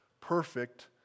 perfect